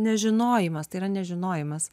nežinojimas tai yra nežinojimas